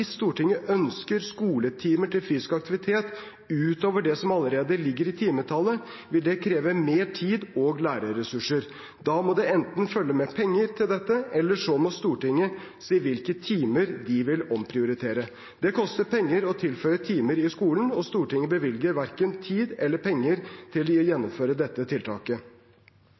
Stortinget ønsker skoletimer til fysisk aktivitet utover det som allerede ligger i timetallet, vil det kreve mer tid og lærerressurser. Da må det enten følge med penger til dette, eller så må Stortinget si hvilke timer de vil omprioritere. Det koster penger å tilføye timer i skolen, og Stortinget bevilger verken tid eller penger til å gjennomføre dette tiltaket.